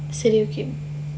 சரி:sari okay